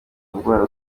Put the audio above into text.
indwara